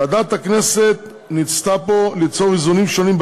ועדת הכנסת ניסתה פה ליצור איזונים שונים,